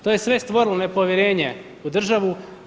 To je sve stvorilo nepovjerenje u državu.